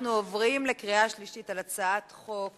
אנחנו עוברים לקריאה שלישית על הצעת חוק